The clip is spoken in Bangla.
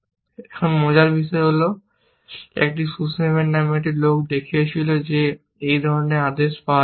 এখন মজার বিষয় হল এটি সুসম্যান নামে একজন লোক দেখিয়েছিল যে এই ধরনের আদেশ পাওয়া যায় না